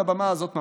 על הבמה הזאת,